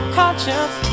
conscience